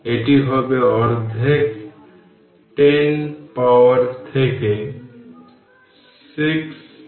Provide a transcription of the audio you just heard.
সুতরাং এখানে ক্যাপাসিটারগুলি প্যারালাল এবং 2 মাইক্রোফ্যারাড এর ইকুইভ্যালেন্ট ক্যাপাসিট্যান্স রয়েছে